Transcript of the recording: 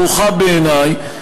ברוכה בעיני,